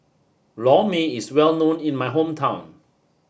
Lor mee is well known in my hometown